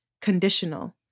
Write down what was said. conditional